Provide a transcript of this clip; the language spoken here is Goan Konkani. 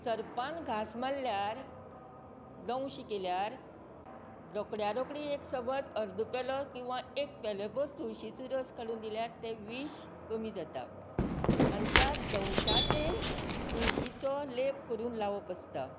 सरपांन घास मारल्यार डंव्श केल्यार रोखड्या रोखडी एक सबस एक अर्द पेलो किंवां एक पेलो भर तुळशीचो रस काडून दिल्यार विश कमी जाता आनी त्या डंव्शाचेर तुळशीचो लेप करून लावप आसता